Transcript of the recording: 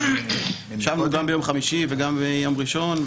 גם ביום חמישי וגם ביום ראשון,